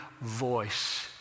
voice